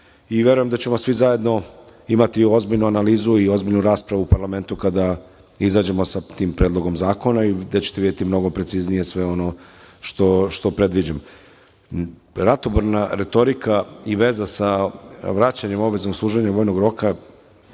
i verujem da ćemo svi zajedno imati ozbiljnu analizu i ozbiljnu raspravu u parlamentu kada izađemo sa tim predlogom zakona i gde ćete videti mnogo preciznije sve ono što predviđamo. Ratoborna retorika i veza sa vraćanjem obaveznog služenja vojnog roka,